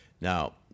Now